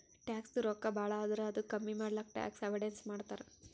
ಟ್ಯಾಕ್ಸದು ರೊಕ್ಕಾ ಭಾಳ ಆದುರ್ ಅದು ಕಮ್ಮಿ ಮಾಡ್ಲಕ್ ಟ್ಯಾಕ್ಸ್ ಅವೈಡನ್ಸ್ ಮಾಡ್ತಾರ್